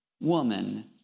woman